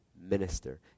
minister